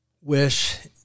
wish